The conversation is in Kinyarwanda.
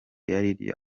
yaryo